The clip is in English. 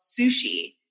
sushi